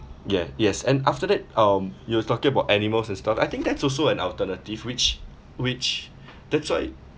yeah yes and after that um you were talking about animals and stuff I think that's also an alternative which which that's why